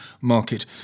market